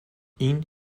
این